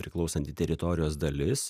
priklausanti teritorijos dalis